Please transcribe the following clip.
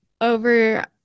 over